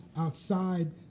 outside